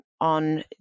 on